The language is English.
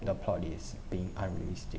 the plot is being unrealistic